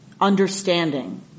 understanding